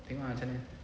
tengok ah macam mana